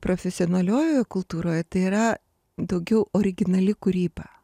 profesionaliojoje kultūroje tai yra daugiau originali kūryba